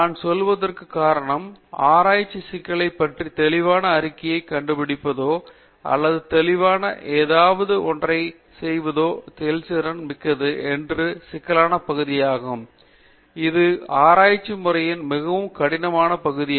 நான் சொல்லுவதற்கு காரணம் ஆராய்ச்சி சிக்கலைப் பற்றிய தெளிவான அறிக்கையை கண்டுபிடிப்பதோ அல்லது தெளிவான ஏதாவது ஒன்றைச் செய்வதோ செயல்திறன் மிக்கது என்பது மிகவும் சிக்கலான பகுதியாகும் இது ஆராய்ச்சி முறையின் மிகவும் கடினமான பகுதியாகும்